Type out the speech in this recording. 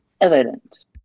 evidence